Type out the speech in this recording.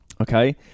Okay